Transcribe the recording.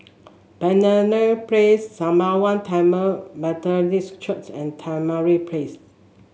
Penaga Place Sembawang Tamil Methodist Church and Tamarind Place